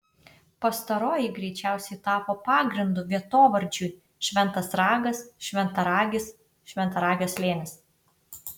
pastaroji greičiausiai tapo pagrindu vietovardžiui šventas ragas šventaragis šventaragio slėnis